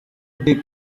deep